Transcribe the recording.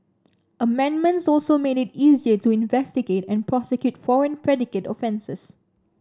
amendments also made it easier to investigate and prosecute foreign predicate offences